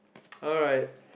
alright